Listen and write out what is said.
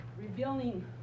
revealing